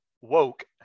woke